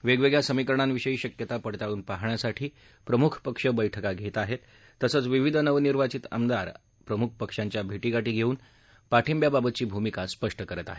वेगवेगळ्या समीकरणांविषयी शक्यता पडताळून पाहण्यासाठी प्रमुख पक्ष बैठका घेत आहेत तसंच विविध नवनिर्वाचित आमदार प्रमुख पक्षांच्या भेटीगाठी घेऊन पाठिंब्याबाबतची भूमिका स्पष्ट करत आहेत